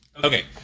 Okay